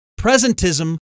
Presentism